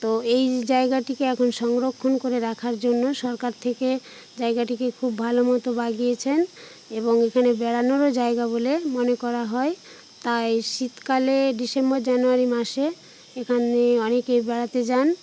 তো এই জায়গাটিকে এখন সংরক্ষণ করে রাখার জন্য সরকার থেকে জায়গাটিকে খুব ভালো মতো বাগিয়েছেন এবং এখানে বেড়ানোরও জায়গা বলে মনে করা হয় তাই শীতকালে ডিসেম্বর জানুয়ারি মাসে এখানে অনেকেই বেড়াতে যান